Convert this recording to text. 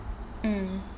mm